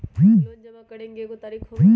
Loan जमा करेंगे एगो तारीक होबहई?